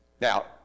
Now